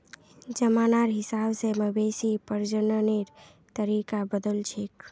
जमानार हिसाब से मवेशी प्रजननेर तरीका बदलछेक